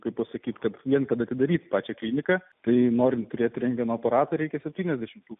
kaip pasakyti kad jiems kad atidaryti pačią kliniką tai norime turėti rentgeno aparatų reikia septynių visų